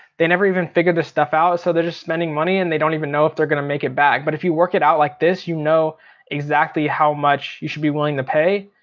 they never even figure this stuff out, so they're just spending money and they don't even know if they're gonna make it back. but if you work it out like this you know exactly how much you should be willing to pay.